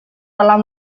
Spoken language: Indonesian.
telah